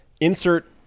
Insert